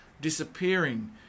disappearing